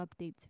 updates